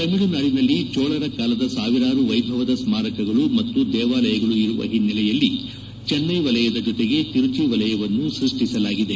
ತಮಿಳುನಾಡಿನಲ್ಲಿ ಚೋಳರ ಕಾಲದ ಸಾವಿರಾರು ವೈಭವದ ಸ್ತಾರಕಗಳು ಮತ್ತು ದೇವಾಲಯಗಳು ಇರುವ ಹಿನ್ನೆಲೆಯಲ್ಲಿ ಚೆನ್ನೈ ವಲಯದ ಜೊತೆಗೆ ತಿರುಚಿ ವಲಯವನ್ನು ಸ್ಟಷ್ಟಿಸಲಾಗಿದೆ